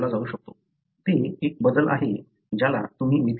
ते एक बदल आहे ज्याला तुम्ही मिथिलेशन म्हणता